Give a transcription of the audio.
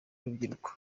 n’urubyiruko